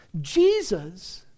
Jesus